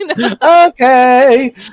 Okay